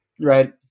right